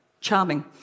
Charming